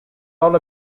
all